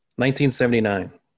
1979